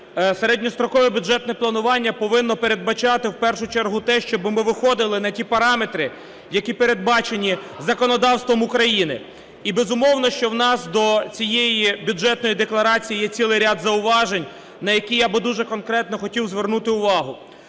середньострокове бюджетне планування повинно передбачати в першу чергу те, щоб ми виходили на ті параметри, які передбачені законодавством України. І, безумовно, що у нас до цієї Бюджетної декларації цілий ряд зауважень, на які я би дуже конкретно хотів звернути увагу.